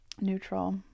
neutral